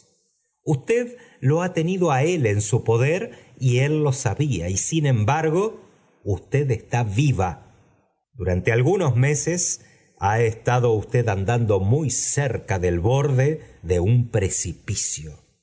usted lo bu tañido a el en su poder y él lo sabía y sir go usted está viva durante algunos meses ha estado usted andando muy coree del borde de un precipicio